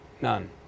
None